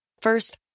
First